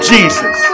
Jesus